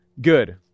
good